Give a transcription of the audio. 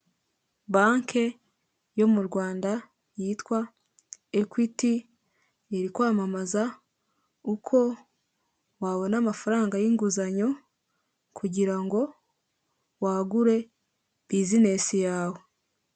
Banke yo mu Rwanda yitwa Ekwiti irikwamamaza uko wabona amafaranga y inguzanyo, kugira ngo wagure bizinesi yawe.